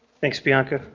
thanks, bianca.